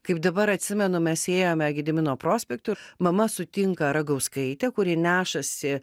kaip dabar atsimenu mes ėjome gedimino prospektu ir mama sutinka ragauskaitę kuri nešasi